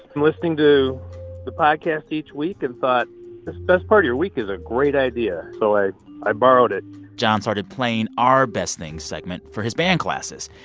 i'm listening to the podcast each week and thought, this best part of your week is a great idea, so i i borrowed it jon started playing our best things segment for his band classes.